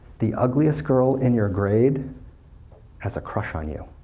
the ugliest girl in your grade has a crush on you.